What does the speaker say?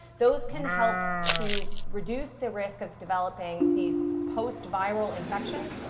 those can help to reduce the risk of developing these post viral infections.